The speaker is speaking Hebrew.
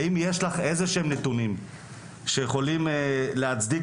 האם יש לך איזשהם נתונים שיכולים להצדיק